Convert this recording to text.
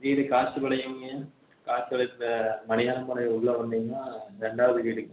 வீடு காட்டுப்பாளையம் ஐயா காட்டுபாளையத்துல மலையாம்பாளையம் உள்ளே வந்தீங்கன்னா ரெண்டாவது வீடுங்க ஐயா